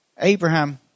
Abraham